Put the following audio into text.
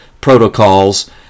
protocols